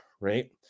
right